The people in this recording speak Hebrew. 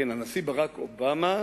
כן, הנשיא ברק אובמה,